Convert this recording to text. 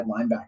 linebacker